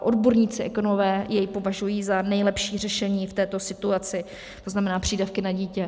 Odborníci, ekonomové jej považují za nejlepší řešení v této situaci, to znamená přídavky na dítě.